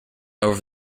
over